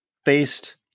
faced